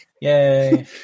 Yay